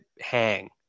hang